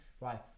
right